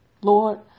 Lord